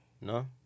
No